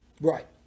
Right